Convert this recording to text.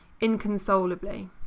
inconsolably